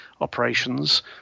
operations